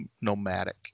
nomadic